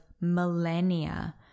millennia